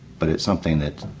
but it's something that